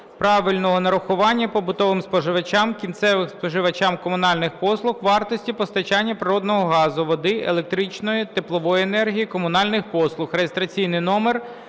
правильного нарахування побутовим споживачам, кінцевим споживачам комунальних послуг вартості постачання природного газу, води, електричної, теплової енергії, комунальних послуг)